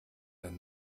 ein